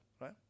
right